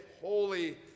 holy